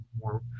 more